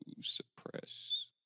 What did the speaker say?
suppress